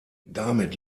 damit